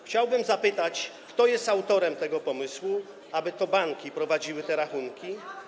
Chciałbym zapytać, kto jest autorem tego pomysłu, aby to banki prowadziły te rachunki.